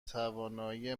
توانایی